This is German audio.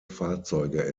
fahrzeuge